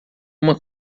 uma